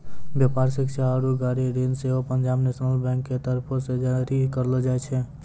व्यापार, शिक्षा आरु गाड़ी ऋण सेहो पंजाब नेशनल बैंक के तरफो से जारी करलो जाय छै